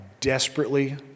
desperately